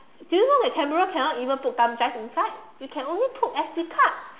do you know that camera cannot even put thumbdrive inside you can only put S_D card